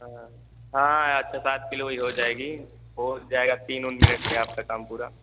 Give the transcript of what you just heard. हाँ छः सात किलो भी हो जाएगी हो जाएगा तीन उन मिनट में आपका काम पूरा